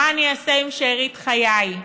מה אני אעשה עם שארית חיי?